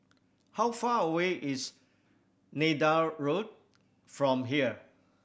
how far away is Neythal Road from here